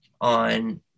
on